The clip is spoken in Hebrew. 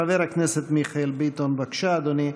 חבר הכנסת מיכאל ביטון, בבקשה, אדוני.